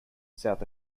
south